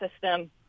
system